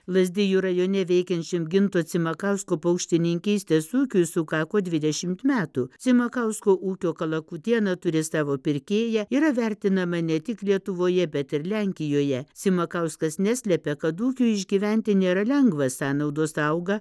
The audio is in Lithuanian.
lazdijų rajone veikiančiam ginto cimakausko paukštininkystės ūkiui sukako dvidešimt metų cimakausko ūkio kalakutiena turi savo pirkėją yra vertinama ne tik lietuvoje bet ir lenkijoje cimakauskas neslepia kad ūkiui išgyventi nėra lengva sąnaudos auga